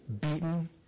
beaten